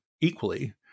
equally